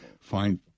Find